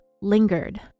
lingered